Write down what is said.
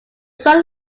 son